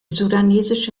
sudanesische